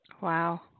Wow